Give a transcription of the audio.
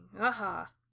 aha